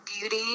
beauty